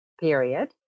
period